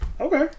Okay